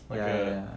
那个